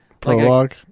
prologue